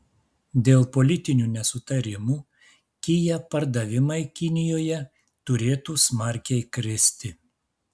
dėl politinių nesutarimų kia pardavimai kinijoje turėtų smarkiai kristi